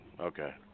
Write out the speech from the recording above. Okay